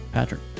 Patrick